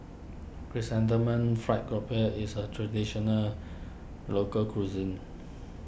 Chrysanthemum Fried Grouper is a Traditional Local Cuisine